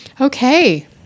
Okay